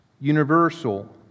universal